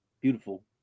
beautiful